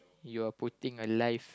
you are putting a life